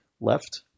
left